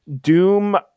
Doom